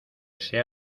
sea